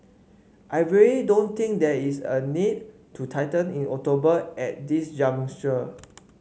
I really don't think there is a need to tighten in October at this juncture